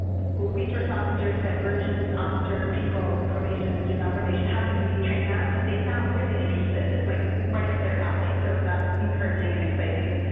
school research officers, diversion officer, people probation, juvenile probation how could we train them? but they sound really interested. it's, like, right up their alley, so that's encouraging and exciting.